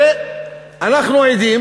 ואנחנו עדים